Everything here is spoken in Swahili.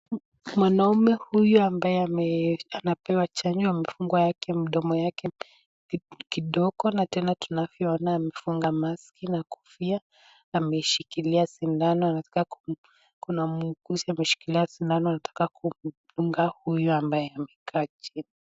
Mwanaume huyu ambaye anapewa chanjo amefunga mdomo wake kidogo na tena tunavyoona amefunga mask na kofia, ameshikilia sindano kuna muuguzi ameshikilia sindano anataka kumdunga huyu ambaye amekaa chini.